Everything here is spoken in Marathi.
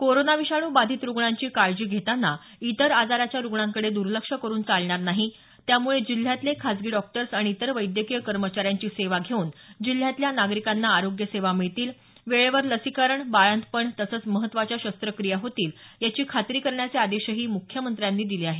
कोरोना विषाणू बाधित रूग्णांची काळजी घेतांना इतर आजाराच्या रूग्णांकडे द्र्लक्ष करून चालणार नाही त्यामुळे जिल्ह्यातले खासगी डॉक्टर्स आणि इतर वैद्यकीय कर्मचाऱ्यांची सेवा घेऊन जिल्ह्यातल्या नागरिकांना आरोग्य सेवा मिळतील वेळेवर लसीकरण बाळंतपण तसंच महत्वाच्या शस्त्रक्रिया होतील याची खात्री करण्याचे आदेशही मुख्यमंत्र्यांनी दिले आहेत